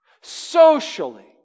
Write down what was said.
socially